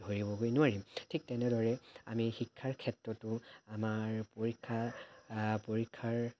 ধৰিবগৈ নোৱাৰিম ঠিক তেনেদৰে আমি শিক্ষাৰ ক্ষেত্ৰতো আমাৰ পৰীক্ষা পৰীক্ষাৰ